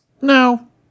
No